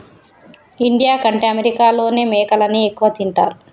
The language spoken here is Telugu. ఇండియా కంటే అమెరికాలోనే మేకలని ఎక్కువ తింటారు